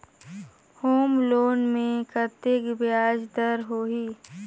Home loan मे कतेक ब्याज दर होही?